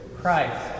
Christ